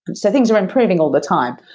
and so things are improving all the time,